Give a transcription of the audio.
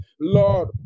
Lord